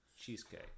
cheesecake